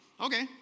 Okay